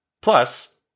Plus